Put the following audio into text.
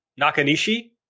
Nakanishi